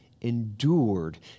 endured